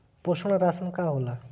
पोषण राशन का होला?